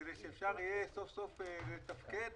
כדי שאפשר יהיה סוף-סוף לתפקד,